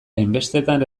hainbestetan